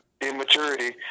immaturity